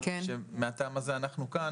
שמן הטעם הזה אנחנו כאן.